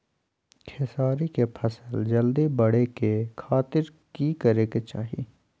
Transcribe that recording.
खेसारी के फसल जल्दी बड़े के खातिर की करे के चाही?